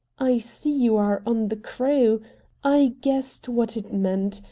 i see you are on the crew i guessed what it meant,